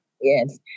Yes